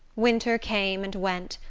winter came and went,